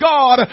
God